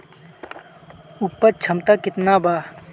उपज क्षमता केतना वा?